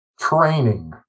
Training